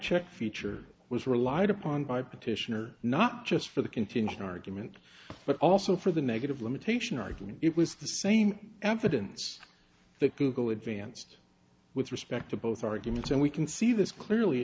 check feature was relied upon by petitioner not just for the contingent argument but also for the negative limitation argument it was the same evidence that google advanced with respect to both arguments and we can see this clearly